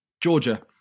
Georgia